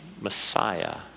Messiah